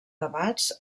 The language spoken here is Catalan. debats